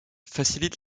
facilite